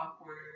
awkward